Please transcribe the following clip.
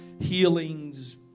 healings